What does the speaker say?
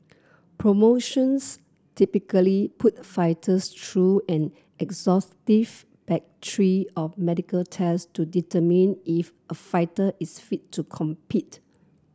promotions typically put fighters through an exhaustive battery of medical tests to determine if a fighter is fit to compete